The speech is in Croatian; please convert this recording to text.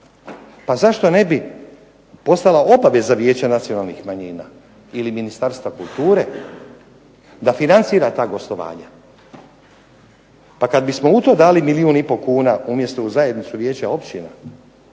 Pa zašto ne bi postala obaveza Vijeća nacionalnih manjina ili Ministarstva kulture da financira ta gostovanja, pa kada bismo u to dali u milijun i pol kuna umjesto u zajednicu Vijeća općina,